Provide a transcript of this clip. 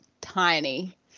tiny